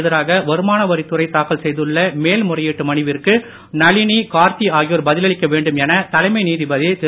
எதிராக வருமானவரித்துறை தாக்கல் செய்துள்ள மேல்முறையீட்டு மனுவிற்கு நளினி கார்த்தி ஆகியோர் பதிலளிக்க வேண்டும் என தலைமை நீதிபதி திரு